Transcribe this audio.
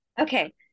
okay